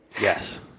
yes